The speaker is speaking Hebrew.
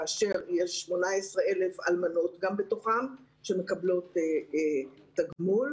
כאשר יש 18,000 אלמנות בתוכם שמקבלות תגמול.